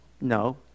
No